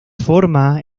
forma